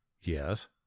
Yes